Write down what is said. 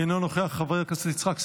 אינו נוכח, חבר הכנסת יצחק פינדרוס,